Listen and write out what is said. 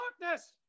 Darkness